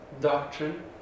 doctrine